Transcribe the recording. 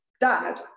dad